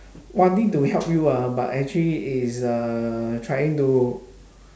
wanting to help you ah but actually is uh trying to